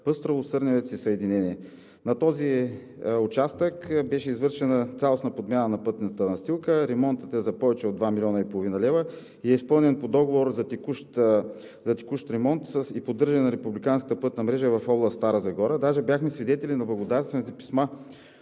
Пъстрово – Сърневец – Съединение. На този участък беше извършена цялостна подмяна на пътната настилка. Ремонтът започва от 2,5 млн. лв. и е изпълнен по договор за текущ ремонт и поддържане на републиканската пътна мрежа в област Стара Загора. Даже бяхме свидетели на благодарствените писма